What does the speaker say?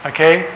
Okay